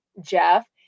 Jeff